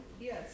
Yes